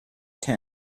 tent